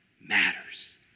matters